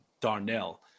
Darnell